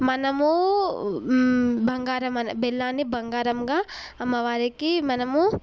మనము బంగారం అనే బెల్లాన్ని బంగారంగా అమ్మవారికి మనము